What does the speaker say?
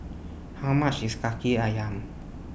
How much IS Kaki Ayam